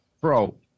pro